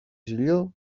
ζήλιω